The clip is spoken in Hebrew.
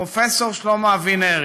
הפרופסור שלמה אבינרי